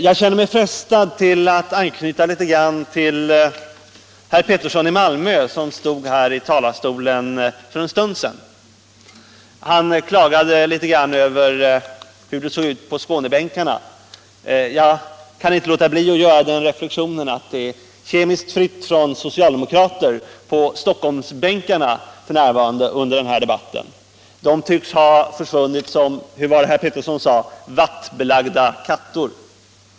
Jag känner mig frestad att anknyta litet grand till herr Pettersson i Malmö, som stod här i talarstolen för en stund sedan. Han klagade över hur det såg ut på Skånebänken, och jag kan inte låta bli att göra reflexionen att det är kemiskt fritt från socialdemokrater på Stockholmsbänken just nu. De tycks ha försvunnit som — hur var det herr Pettersson sade? — vattbelagda kattor.